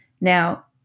Now